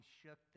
shook